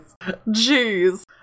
Jeez